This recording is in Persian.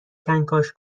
کنکاش